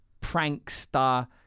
prankster